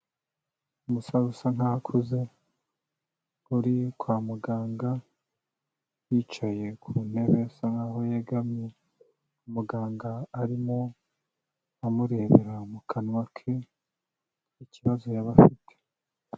Umusa usa nkaho akuze, uri kwa muganga, wicaye ku ntebe asa nkaho yegamye, umuganga arimo amurebera mu kanwa ke, ikibazo yaba afite.